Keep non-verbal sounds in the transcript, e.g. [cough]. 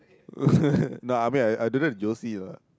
[laughs] no I mean I I did it with Josie lah